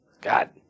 God